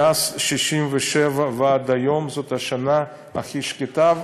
מאז 67' ועד היום, זאת השנה הכי שקטה.